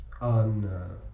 on